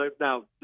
now